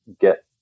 get